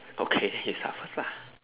okay you start first lah